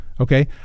Okay